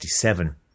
1967